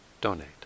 donate